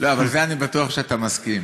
לזה אני בטוח שאתה מסכים.